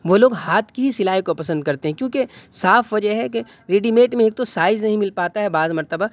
وہ لوگ ہاتھ کی ہی سلائی کو پسند کرتے ہیں کیوںکہ صاف وجہ ہے کہ ریڈی میڈ میں ایک تو سائز نہیں مل پاتا ہے بعض مرتبہ